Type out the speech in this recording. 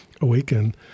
awaken